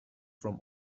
from